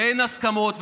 ואין הסכמות,